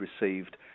received